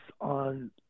on